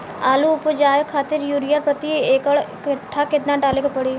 आलू उपजावे खातिर यूरिया प्रति एक कट्ठा केतना डाले के पड़ी?